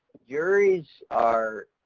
juries are,